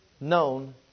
known